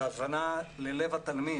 והבנה ללב התלמיד.